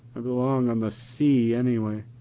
i belong on the sea anyway.